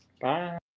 Bye